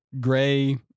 gray